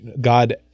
God